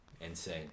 insane